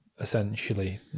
essentially